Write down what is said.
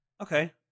Okay